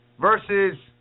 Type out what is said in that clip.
versus